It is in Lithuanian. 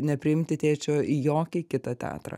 nepriimti tėčio į jokį kitą teatrą